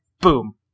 Boom